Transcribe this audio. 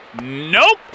Nope